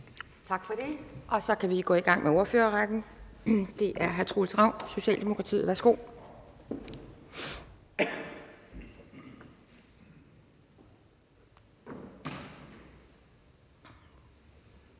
Tak for det. Så det vil gå i gang med ordførerrækken. Hr. Troels Ravn, Socialdemokratiet, værsgo.